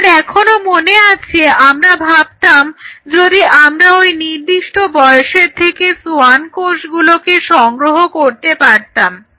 আমার এখনো মনে আছে আমরা ভাবতাম যদি আমরা ওই নির্দিষ্ট বয়সের থেকে সোয়ান কোষগুলোকে সংগ্রহ করতে পারতাম